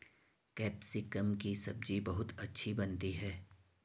capsicum की सब्जी बहुत अच्छी बनती है